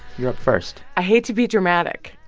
you're up first i hate to be dramatic.